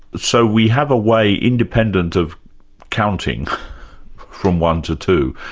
so we have a way independent of counting from one to two,